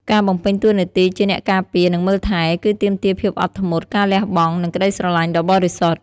ការបំពេញតួនាទីជាអ្នកការពារ និងមើលថែ គឺទាមទារភាពអត់ធ្មត់ ការលះបង់ និងក្តីស្រលាញ់ដ៏បរិសុទ្ធ។